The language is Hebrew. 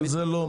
לא לשלם כלום?